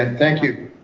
thank you.